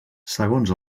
segons